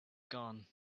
gone